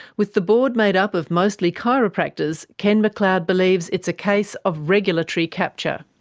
with the board made up of mostly chiropractors, ken mcleod believes it's a case of regulatory capture.